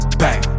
bang